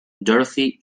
dorothy